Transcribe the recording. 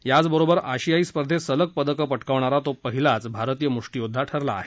याचबरोबर आशियाई स्पर्धेत सलग पदकं पटकावणारा तो पहिलाच भारतीय मुष्टीयोद्धा ठरला आहे